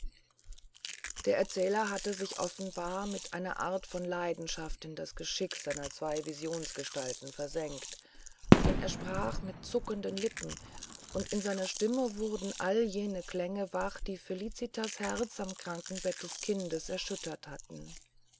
der erzähler hatte sich offenbar mit einer art von leidenschaft in das geschick seiner zwei visionsgestalten versenkt denn er sprach mit zuckenden lippen und in seiner stimme wurden alle jene klänge wach die felicitas herz am krankenbett des kindes erschüttert hatten